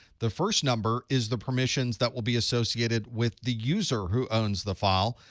the first number is the permissions that will be associated with the user who owns the file.